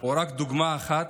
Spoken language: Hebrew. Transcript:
הוא רק דוגמה אחת